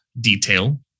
detail